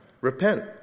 Repent